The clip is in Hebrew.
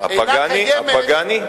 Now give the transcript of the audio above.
הפגאני?